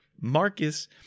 Marcus